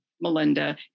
Melinda